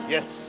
Yes